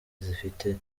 zifite